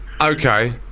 Okay